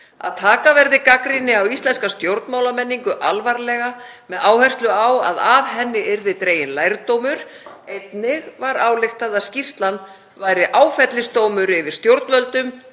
að taka yrði gagnrýni á íslenska stjórnmálamenningu alvarlega með áherslu á að af henni yrði dreginn lærdómur. Einnig var ályktað að skýrslan væri áfellisdómur yfir stjórnvöldum,